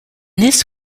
this